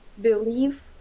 believe